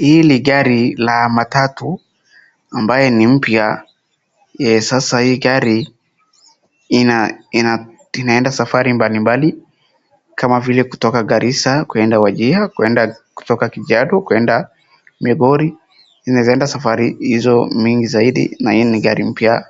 Hii ni gari la matatu ambaye ni mpya, sasa hii gari inaenda safari mbalimbali kama vile kutoka Garissa kuenda Wajir, kutoka Kajiado kwenda Migori, inaweza enda safari hizo mingi zaidi na hii ni gari mpya